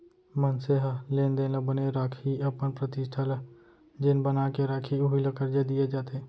मनसे ह लेन देन ल बने राखही, अपन प्रतिष्ठा ल जेन बना के राखही उही ल करजा दिये जाथे